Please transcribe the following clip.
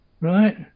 Right